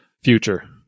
future